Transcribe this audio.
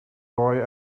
boy